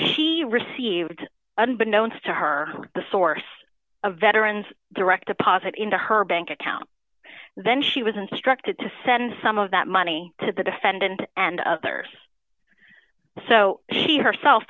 she received unbeknown to her the source a veteran's direct deposit into her bank account then she was instructed to send some of that money to the defendant and others so she herself